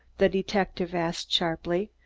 the detective asked sharply.